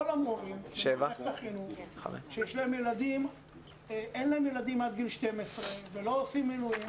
כל המורים במערכת החינוך שאין להם ילדים עד גיל 12 ולא עושים מילואים,